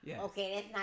Okay